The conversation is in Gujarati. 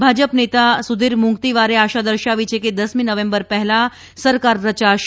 ભાજપ નેતા સુધીર મુંગતીવારે આશા દર્શાવી છે કે દસમી નવેમ્બર પહેલાં સરકાર રયાશે